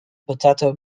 potato